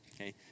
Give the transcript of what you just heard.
okay